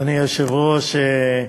אדוני היושב-ראש,